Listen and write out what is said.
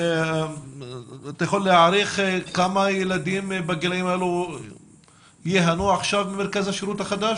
אתה יכול להעריך כמה ילדים בגילאים האלו ייהנו עכשיו ממרכז השירות החדש?